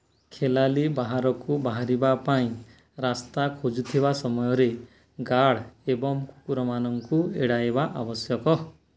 ଖେଳାଳି ବାହାରକୁ ବାହାରିବା ପାଇଁ ରାସ୍ତା ଖୋଜୁଥିବା ସମୟରେ ଗାର୍ଡ଼୍ ଏବଂ କୁକୁରମାନଙ୍କୁ ଏଡ଼ାଇବା ଆବଶ୍ୟକ